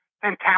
fantastic